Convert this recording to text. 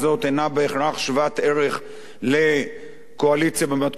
שוות-ערך לקואליציה במתכונתה הנוכחית.